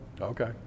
Okay